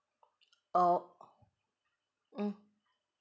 orh